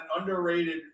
underrated